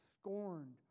scorned